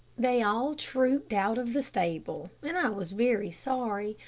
they all trooped out of the stable, and i was very sorry,